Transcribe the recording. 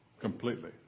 completely